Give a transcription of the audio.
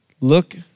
Look